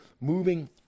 moving